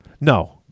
No